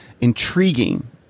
intriguing